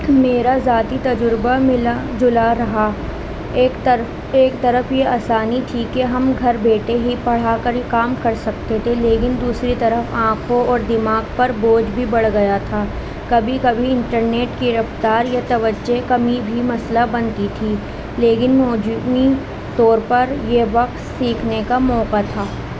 میرا ذاتی تجربہ ملا جلا رہا ایک طر ایک طرف یہ آسانی تھی کہ ہم گھر بیٹے ہی پڑھا کر کام کر سکتے تھے لیکن دوسری طرف آنکھوں اور دماغ پر بوجھ بھی بڑھ گیا تھا کبھی کبھی انٹرنیٹ کی رفتار یا توجہ کمی بھی مسئلہ بنتی تھی لیکن موجومی طور پر یہ وقت سیکھنے کا موقع تھا